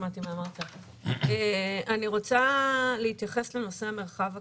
אני רוצה להתייחס לנושא המרחב הכפרי.